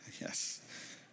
Yes